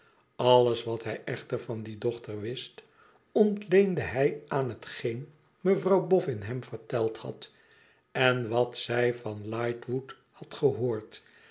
alles wat hij echter van die dochter wist ontleende hij aan hetgeen mevrouw bofün hem verteld had van wat zij van lightwood had gehoord